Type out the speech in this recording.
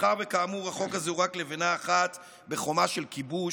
מאחר שכאמור החוק הזה הוא רק לבנה אחת בחומה של כיבוש,